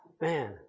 Man